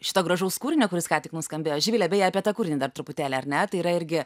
šito gražaus kūrinio kuris ką tik nuskambėjo živile beje apie tą kūrinį dar truputėlį ar ne tai yra irgi